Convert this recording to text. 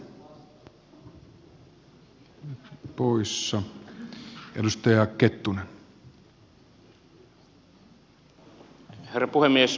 herra puhemies